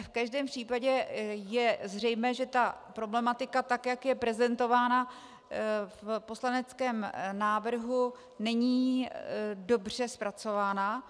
V každém případě je zřejmé, že ta problematika, tak jak je prezentovaná v poslaneckém návrhu, není dobře zpracovaná.